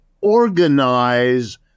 organize